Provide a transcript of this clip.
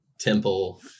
temple